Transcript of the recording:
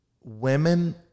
women